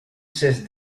says